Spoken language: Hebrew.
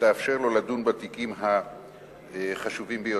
ותאפשר לו לדון בתיקים החשובים ביותר.